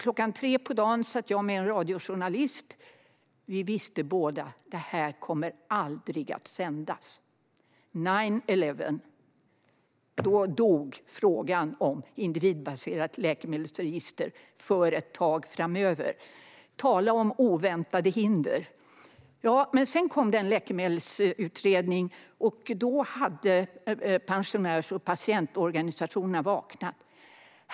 Klockan tre på dagen satt jag med en radiojournalist. Vi visste båda: Detta kommer inte att sändas. "Nine eleven" gjorde att frågan om individbaserat läkemedelsregister dog för ett tag framöver. Tala om oväntade hinder! Sedan kom det en läkemedelsutredning, och då hade pensionärs och patientorganisationerna vaknat.